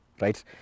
Right